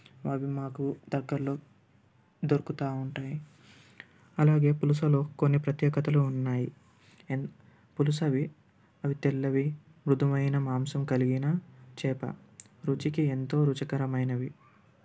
అవి మాకు దగ్గరలో దొరుకుతు ఉంటాయి అలాగే పులసలో కొన్ని ప్రత్యేకతలు ఉన్నాయి పులసవి అవి తెల్లవి మృదువైన మాంసం కలిగిన చేప రుచికి ఎంతో రుచికరమైనవి